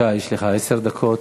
עשר דקות.